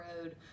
Road